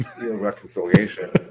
reconciliation